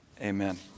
amen